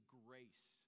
grace